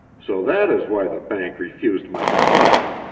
so that is why the bank refused my deposit,